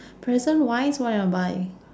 present wise what you want buy